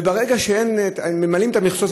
וברגע שהם ממלאים את המכסות,